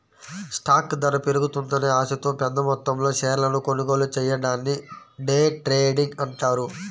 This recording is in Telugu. స్టాక్ ధర పెరుగుతుందనే ఆశతో పెద్దమొత్తంలో షేర్లను కొనుగోలు చెయ్యడాన్ని డే ట్రేడింగ్ అంటారు